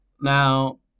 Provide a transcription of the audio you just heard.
Now